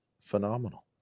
Phenomenal